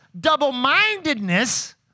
double-mindedness